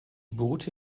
boote